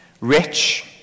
rich